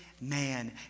man